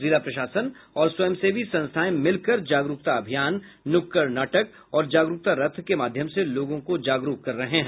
जिला प्रशासन और स्वयंसेवी संस्थाएं मिलकर जागरूकता अभियान नुक्कड़ नाटक और जागरूकता रथ के माध्यम से लोगों को जागरूक कर रहे हैं